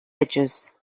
edges